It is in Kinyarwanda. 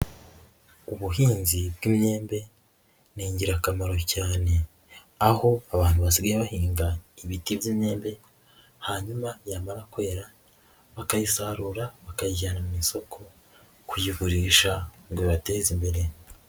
Ubuhinzi bw'imyembe ni ingirakamaro cyane aho abantu basigaye bahinga ibiti by'imyembe hanyuma yamara kwera bakayisarura bakayijyana mu isoko kuyigurisha ngo bibateze imbere.